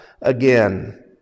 again